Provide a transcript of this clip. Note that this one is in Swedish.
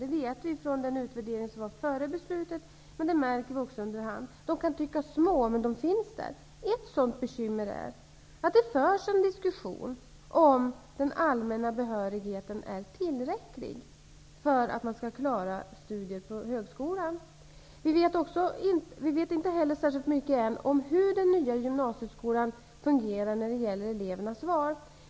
Det vet vi av den utvärdering som gjordes före beslutet, men det märker vi också under hand. Man kan tycka att de är små, men de finns där. Ett sådant bekymmer är att det nu förs en diskussion om huruvida den allmänna behörigheten är tillräcklig för att man skall klara studier på högskolan. Vi vet inte heller särskilt mycket ännu om hur den nya gymnasieskolan fungerar när det gäller elevernas val.